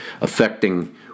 affecting